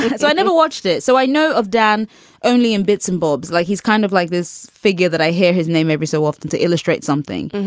i never watched it. so i know of dan only in bits and bobs like he's kind of like this figure that i hear his name every so often to illustrate something.